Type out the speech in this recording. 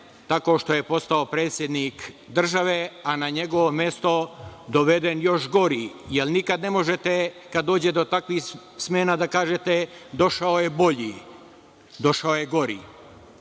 tako što je postao predsednik države,a na njegovo mesto je doveden još gori. Jer, nikad ne možete, kada dođe do takvih smena da kažete – došao je bolji. Došao je gori. Taj